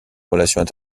relations